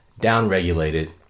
downregulated